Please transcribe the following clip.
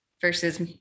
versus